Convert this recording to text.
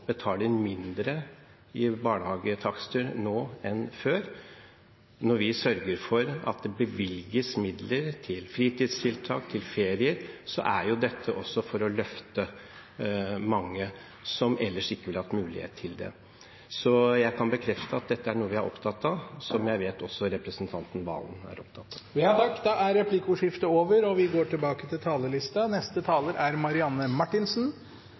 betaler mindre i barnehagetakster nå enn før, og når vi sørger for at det bevilges midler til fritidstiltak og ferier, er det også for å løfte mange som ellers ikke ville hatt mulighet til det. Jeg kan bekrefte at dette er noe vi er opptatt av, og noe jeg vet at også representanten Serigstad Valen er opptatt av. Dermed er replikkordskiftet over. Dette er